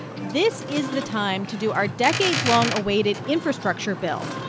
this is the time to do our decades-long-awaited infrastructure bill.